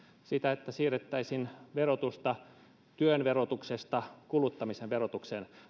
sitä että siirrettäisiin verotusta työn verotuksesta kuluttamisen verotukseen